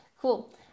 Cool